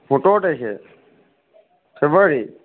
সোতৰ তাৰিখে ফেব্ৰুৱাৰী